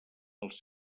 els